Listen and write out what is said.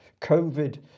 covid